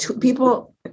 people